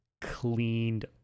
cleaned